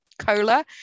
cola